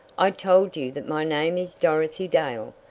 i told you that my name is dorothy dale,